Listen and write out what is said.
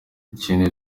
ikindi